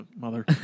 mother